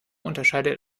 unterscheidet